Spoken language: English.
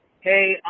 Hey